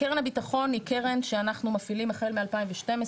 קרן הביטחון היא קרן שאנחנו מפעילים החל מ-2012.